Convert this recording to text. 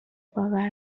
باور